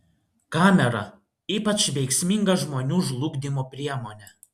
kamera ypač veiksminga žmonių žlugdymo priemonė